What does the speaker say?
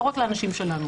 לא רק לאנשים שלנו.